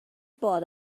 bought